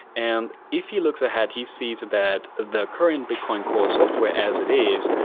and if he looks ahead he sees and that the current bitcoin core software as it is,